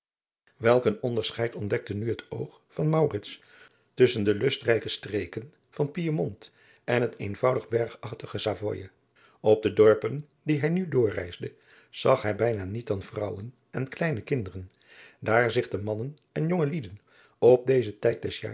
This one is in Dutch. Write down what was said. een onderscheid ontdekte nu het oog van maurits tusschen de lustrije streken van piemont en het eenvoudig bergachtig savoye op de dorpen die hij nu doorreisde zag hij bijna niet dan vrouwen en kleine kinderen daar zich de mannen en jongelingen op dezen